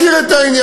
מכיר את העניין,